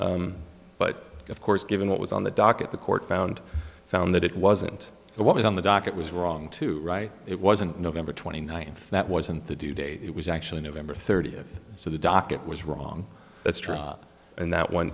plausible but of course given what was on the docket the court found found that it wasn't the what was on the docket was wrong to write it wasn't november twenty ninth that wasn't the due date it was actually november thirtieth so the docket was wrong that's true and that one